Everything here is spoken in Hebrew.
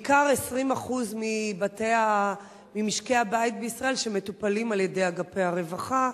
בעיקר ב-20% ממשקי הבית בישראל שמטופלים על-ידי אגפי הרווחה,